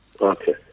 Okay